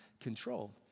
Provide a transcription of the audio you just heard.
control